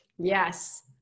Yes